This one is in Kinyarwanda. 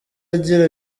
agira